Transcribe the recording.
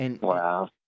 Wow